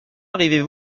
arrivez